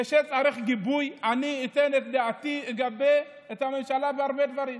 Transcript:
כשצריך גיבוי, אני אגבה את הממשלה בהרבה דברים.